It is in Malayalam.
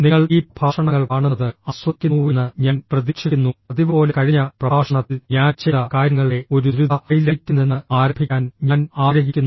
നിങ്ങൾ ഈ പ്രഭാഷണങ്ങൾ കാണുന്നത് ആസ്വദിക്കുന്നുവെന്ന് ഞാൻ പ്രതീക്ഷിക്കുന്നു പതിവുപോലെ കഴിഞ്ഞ പ്രഭാഷണത്തിൽ ഞാൻ ചെയ്ത കാര്യങ്ങളുടെ ഒരു ദ്രുത ഹൈലൈറ്റിൽ നിന്ന് ആരംഭിക്കാൻ ഞാൻ ആഗ്രഹിക്കുന്നു